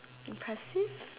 impressive